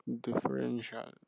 differential